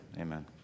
Amen